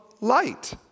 light